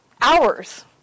hours